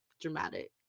dramatic